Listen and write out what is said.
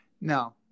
No